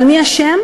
אבל מי אשם?